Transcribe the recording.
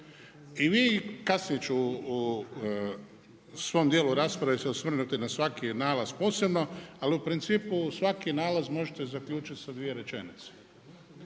Kasnije ću se u svom dijelu rasprave osvrnuti na svaki nalaz posebno, ali u principu svaki nalaz možete zaključiti sa dvije rečenice.